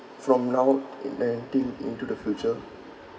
from now in anything into the future